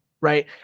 right